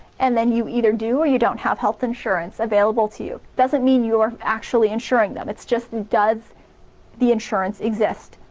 and then you either do, you don't have health insurance available to you doesn't mean you're actually insuring them it's just does the insurance exist.